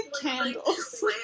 candles